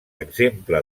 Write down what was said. exemple